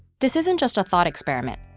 this isn't just a thought experiment.